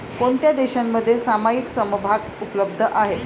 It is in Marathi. कोणत्या देशांमध्ये सामायिक समभाग उपलब्ध आहेत?